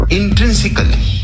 intrinsically